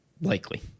likely